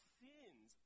sins